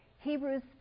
Hebrews